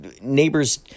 neighbors